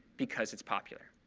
because it's popular.